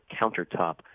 countertop